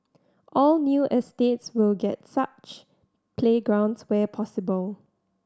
all new estates will get such playgrounds where possible